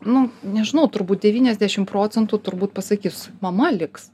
nu nežinau turbūt devyniasdešim procentų turbūt pasakys mama liks